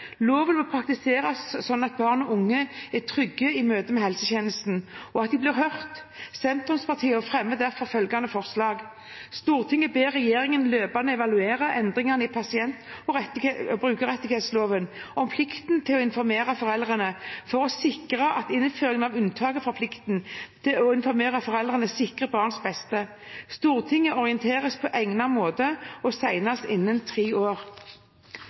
Loven må praktiseres slik at barn og unge er trygge i møte med helsetjenesten, og at de blir hørt. Sentrumspartiene fremmer derfor følgende forslag: «Stortinget ber regjeringen løpende evaluere endringene i pasient- og brukerrettighetsloven om plikten til å informere foreldre, for å sikre at innføringen av unntaket fra plikten til å informere foreldrene sikrer barns beste. Stortinget orienteres på egnet måte og senest innen tre år.»